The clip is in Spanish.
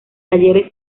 talleres